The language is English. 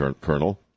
colonel